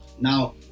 Now